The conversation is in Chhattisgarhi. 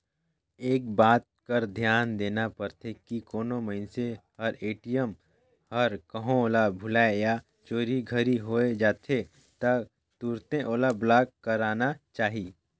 एक बात कर धियान देना परथे की कोनो मइनसे हर ए.टी.एम हर कहों ल भूलाए या चोरी घरी होए जाथे त तुरते ओला ब्लॉक कराना चाही